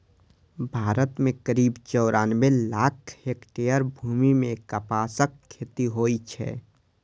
भारत मे करीब चौरानबे लाख हेक्टेयर भूमि मे कपासक खेती होइ छै